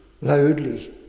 loudly